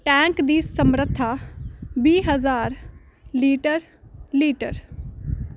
tank ਦੀ ਸਮਰੱਥਾ ਵੀਹ ਹਜ਼ਾਰ ਲੀਟਰ ਲੀਟਰ